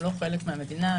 הם לא חלק מהמדינה.